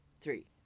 three